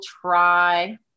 try